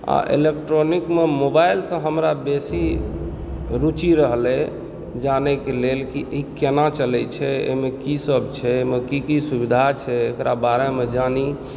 आ इलेक्ट्रॉनिकमे मोबाइलसँ हमरा बेसी रुचि रहलय जानयके लेल कि ई केना चलय छै एहिमे कीसभ छै एहिमे की की सुविधा छै एकरा बारेमे जानी